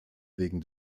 wegen